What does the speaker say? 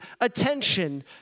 attention